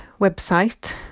website